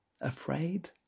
Afraid